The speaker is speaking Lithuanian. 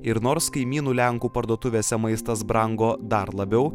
ir nors kaimynų lenkų parduotuvėse maistas brango dar labiau